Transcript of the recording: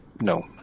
No